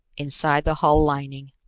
inside the hull lining.